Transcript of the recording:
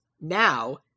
now